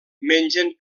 mengen